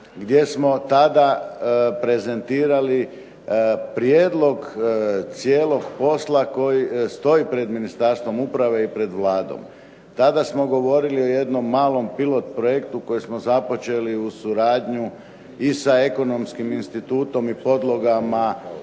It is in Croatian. gdje smo tada prezentirali prijedlog cijelog posla koji stoji pred Ministarstvom uprave i pred Vladom. Tada smo govorili o jednom malom pilot projektu koji smo započeli uz suradnju i sa ekonomskim institutom i podlogama